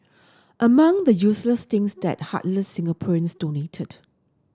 among the useless teams that heartless Singaporeans donated